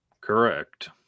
Correct